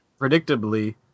predictably